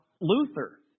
Luther